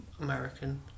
American